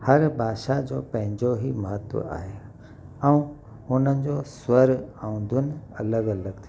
हर भाषा जो पंहिंजो ई महत्व आहे ऐं हुननि जी स्वरु ऐं धुन अलॻि अलॻ थींदो आहे